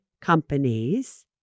companies